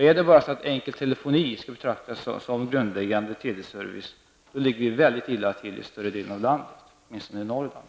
Är det bara så att enkel telefoni skulle betraktas som grundläggande teleservice, ligger det illa till i stora delar av landet, åtminstone i Norrland.